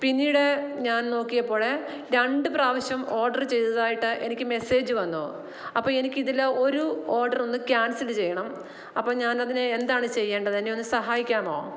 പിന്നീട് ഞാൻ നോക്കിയപ്പോൾ രണ്ടുപ്രാവശ്യം ഓഡർ ചെയ്തതായിട്ട് എനിക്ക് മെസ്സേജ് വന്നു അപ്പോൾ എനിക്ക് ഇതിൽ ഒരു ഓഡർ ഒന്ന് കാൻസല് ചെയ്യണം അപ്പോൾ ഞാൻ അതിന് എന്താണ് ചെയ്യേണ്ടത് എന്നെ ഒന്ന് സഹായിക്കാമോ